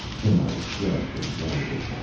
then i shrugged and dropped it.